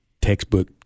textbook